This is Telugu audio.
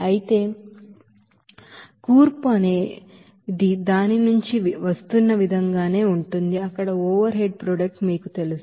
అయితే కంపోసిషన్ అనేది దాని నుంచి వస్తున్నవిధంగానే ఉంటుంది అక్కడ ఓవర్ హెడ్ ప్రొడక్ట్ మీకు తెలుసు